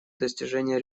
достижению